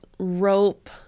rope